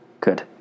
Good